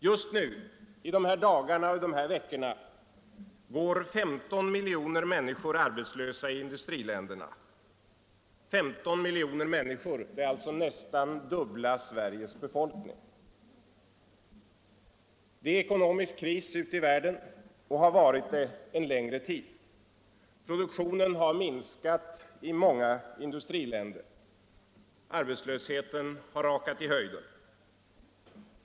Just nu, i de här dagarna och veckorna, går 15 miljoner människor arbetslösa i industriländerna — 15 miljoner människor, alltså nästan dubbla Sveriges befolkning. Det är ekonomiskt kris ute i världen — och har varit det en längre tid. Produktionen har minskat i många industriländer. Arbetslösheten har rakat i höjden.